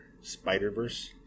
Spider-Verse